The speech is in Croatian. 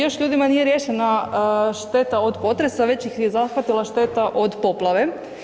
Još ljudima nije riješena šteta od potresa već ih je zahvatila šteta od poplave.